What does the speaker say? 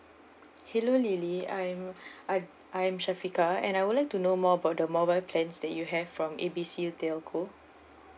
hello lily I am I I am syafiqah and I would like to know more about the mobile plans that you have from A B C telco